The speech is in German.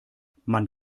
man